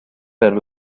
pero